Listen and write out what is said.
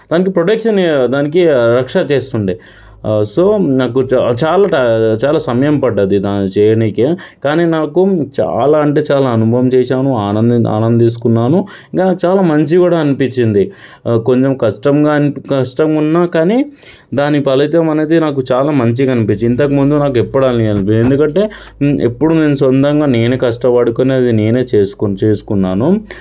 దానికి ప్రొటెక్షన్ దానికి రక్ష చేస్తుండే సో నాకు చాలా ట చాలా సమయం పడ్డది దాన్ని చేయనీకే కానీ నాకు చాలా అంటే చాలా అనుభవం చేసాను ఆనంది ఆనందీసుకున్నాను ఇంకా చాలా మంచిగా కూడా అనిపించింది కొంచెం కష్టంగా అని కష్టంగున్నా కానీ దాని ఫలితం అనేది నాకు చాలా మంచిగా అనిపించింది ఇంతకుముందు నాకు ఎప్పుడూ అనిపియ్యలేదు ఎందుకంటే ఎప్పుడూ నేను సొంతంగా నేనే కష్ట పడుకుని అది నేనే చేసికు చేసుకున్నాను